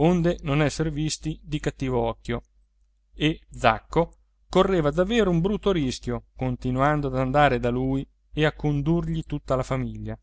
onde non esser visti di cattivo occhio e zacco correva davvero un brutto rischio continuando ad andare da lui e a condurgli tutta la famiglia